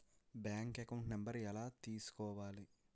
Bank account number ఎలా తీసుకోవాలి?